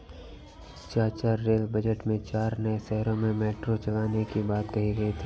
चाचा rail budget में चार नए शहरों में मेट्रो चलाने की बात कही गई थी